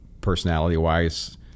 personality-wise